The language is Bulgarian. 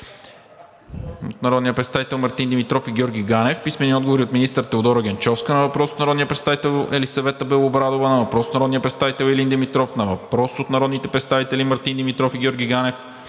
от народните представители Мартин Димитров и Георги Ганев. Писмени отговори от министър Теодора Генчовска на: - въпрос от народния представител Елисавета Белобрадова; - въпрос от народния представител Илин Димитров; - въпрос от